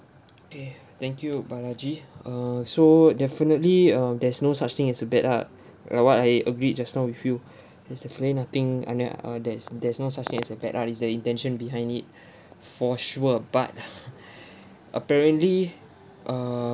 okay thank you balaji err so definitely um there's no such thing as a bad art like what I agreed just now with you that's definitely nothing and then uh there's there's no such thing as a bad art it's the intention behind it for sure but apparently err